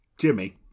Jimmy